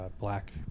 black